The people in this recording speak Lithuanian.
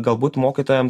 galbūt mokytojam